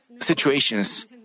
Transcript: situations